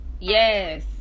Yes